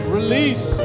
Release